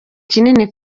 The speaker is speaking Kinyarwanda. kinini